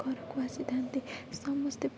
ଘରକୁ ଆସିଥାଆନ୍ତି ସମସ୍ତେ